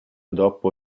dopo